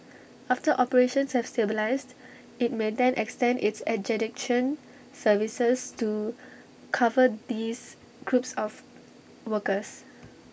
after operations have stabilised IT may then extend its adjudication services to cover these groups of workers